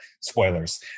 spoilers